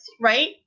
Right